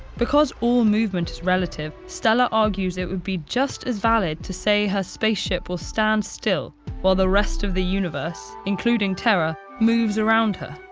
because all movement is relative, stella argues it would be just as valid to say her spaceship will stand still while the rest of the universe, including terra, moves around her.